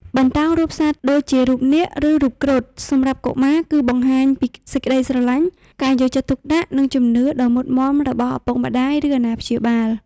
បន្តោងរូបសត្វដូចជារូបនាគ ឬរូបគ្រុឌសម្រាប់កុមារ គឺបង្ហាញពីសេចក្តីស្រឡាញ់ ការយកចិត្តទុកដាក់ និងជំនឿដ៏មុតមាំរបស់ឪពុកម្តាយ ឬអាណាព្យាបាល។